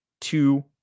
two